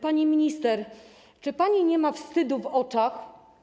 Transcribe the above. Pani minister, czy pani nie ma wstydu w oczach?